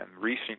recent